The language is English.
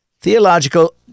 theological